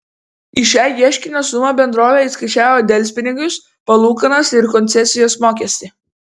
į šią ieškinio sumą bendrovė įskaičiavo delspinigius palūkanas ir koncesijos mokestį